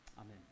Amen